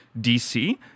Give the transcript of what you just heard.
DC